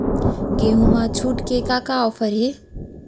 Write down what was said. गेहूँ मा छूट के का का ऑफ़र हे?